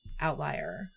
outlier